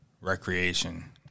recreation